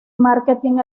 marketing